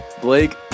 Blake